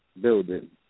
building